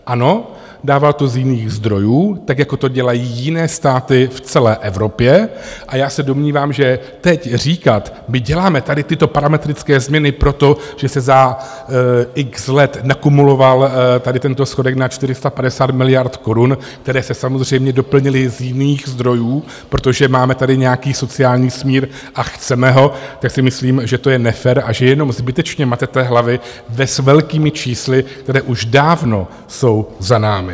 Ano, dával to z jiných zdrojů, tak jako to dělají jiné státy v celé Evropě, a já se domnívám, že teď říkat: My děláme tady tyto parametrické změny proto, že se za x let nakumuloval tady tento schodek na 450 miliard korun, které se samozřejmě doplnily z jiných zdrojů, protože máme tady nějaký sociální smír a chceme ho, tak si myslím, že to je nefér a že jenom zbytečně matete hlavy s velkými čísly, která už dávno jsou za námi.